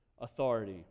authority